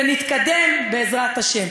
ונתקדם בעזרת השם.